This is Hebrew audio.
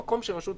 במקום שהרשויות